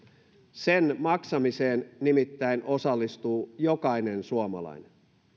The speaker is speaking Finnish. sen maksamiseen nimittäin osallistuu jokainen suomalainen